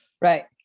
right